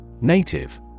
Native